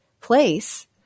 place